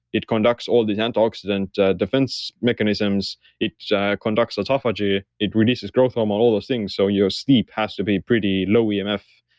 it conducts all these antioxidant defense mechanisms. it conducts autophagy, it releases growth hormone, all those things so your sleep has to be pretty low emf.